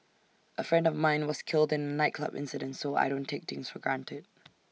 A friend of mine was killed in A nightclub incident so I don't take things for granted